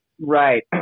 Right